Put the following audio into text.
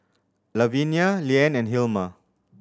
Lavinia Leann and Hilma